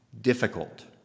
difficult